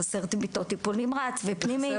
חסר גם מיטות טיפול נמרץ ופנימי.